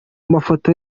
mafoto